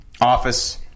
office